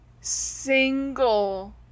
single